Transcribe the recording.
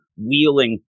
Wheeling